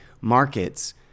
markets